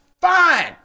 Fine